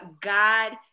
god